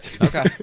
Okay